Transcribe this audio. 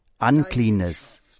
uncleanness